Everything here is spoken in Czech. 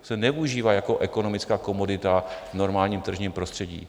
To se neužívá jako ekonomická komodita v normálním tržním prostředí.